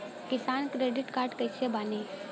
किसान credit card कइसे बानी?